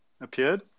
appeared